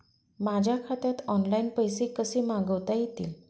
माझ्या खात्यात ऑनलाइन पैसे कसे मागवता येतील?